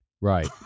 Right